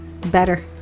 better